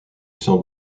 sans